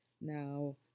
Now